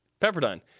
Pepperdine